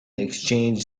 exchanged